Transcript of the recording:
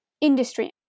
industry